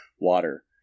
water